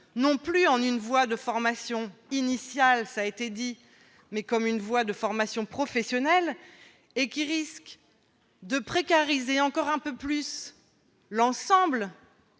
non plus une voie de formation initiale, cela a été dit, mais une voie de formation professionnelle. Il risque de précariser encore un peu plus l'ensemble